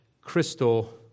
crystal